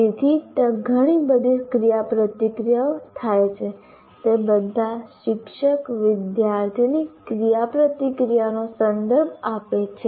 તેથી ત્યાં ઘણી બધી ક્રિયાપ્રતિક્રિયાઓ થાય છે તે બધા શિક્ષક વિદ્યાર્થીની ક્રિયાપ્રતિક્રિયાનો સંદર્ભ આપે છે